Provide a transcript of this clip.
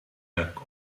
hekk